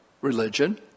religion